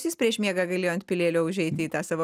jis prieš miegą galėjo antpilėlio užeiti į tą savo